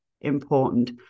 important